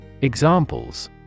Examples